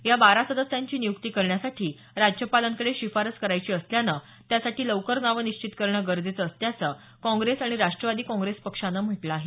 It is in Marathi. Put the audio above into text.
या बारा सदस्यांची नियुक्ती करण्यासाठी राज्यपालांकडे शिफारस करायची असल्यानं त्यासाठी लवकर नावं निश्चित करणं गरजेचं असल्याचं काँग्रेस आणि राष्ट्रवादी काँग्रेस पक्षानं म्हटलं आहे